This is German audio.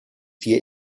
vier